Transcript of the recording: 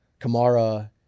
Kamara